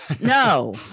No